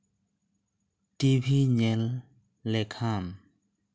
TV ᱧᱮᱞ ᱞᱮᱠᱷᱟᱱ